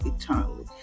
eternally